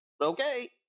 Okay